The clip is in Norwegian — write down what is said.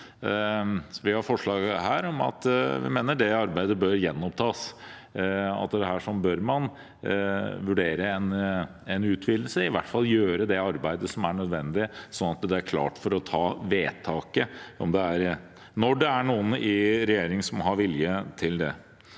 Vi har et forslag om at vi mener det arbeidet bør gjenopptas, at her bør man vurdere en utvidelse – i hvert fall gjøre det arbeidet som er nødvendig, slik at det er klart for å ta det vedtaket når det er noen i regjeringen som har vilje til det.